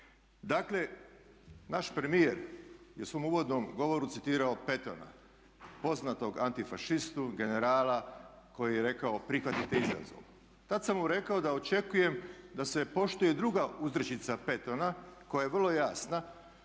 Dakle, naš premijer je u svom uvodnom govoru citirao Pattona, poznatog antifašistu, generala koji je rekao: "Prihvatite izazov." Tad sam mu reko da očekujem da se poštuje druga uzrečica Pattona koja je vrlo jasna,